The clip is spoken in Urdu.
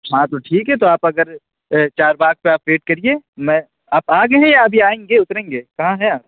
ہاں تو ٹھیک ہے تو آپ اگر چار باغ پہ آپ ویٹ کریے میں آپ آ گئے ہیں یا ابھی آئیں گے اتریں گے کہاں ہیں آپ